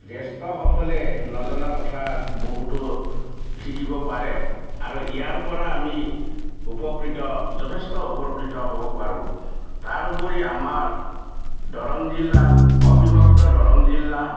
জ্যেষ্ঠসকলে নজনা কথা বহুতো শিকিব পাৰে আৰু ইয়াৰপৰা আমি উপকৃত যথেষ্ট উপকৃত হ'ব পাৰোঁ তাৰ উপৰি আমাৰ দৰং জিলাৰ অবিভক্ত দৰং জিলা